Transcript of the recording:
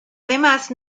además